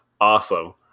awesome